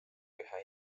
ühe